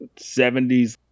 70s